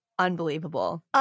Unbelievable